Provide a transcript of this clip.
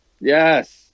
Yes